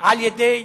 על-ידי